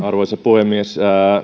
arvoisa puhemies